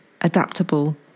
adaptable